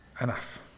Enough